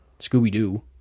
Scooby-Doo